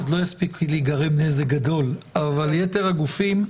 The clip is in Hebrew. לא יספיק להיגרם נזק גדול אבל ייתר הגופים,